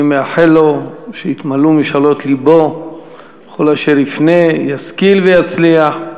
אני מאחל לו שיתמלאו משאלות לבו ובכל אשר יפנה ישכיל ויצליח.